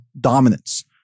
dominance